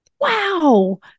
wow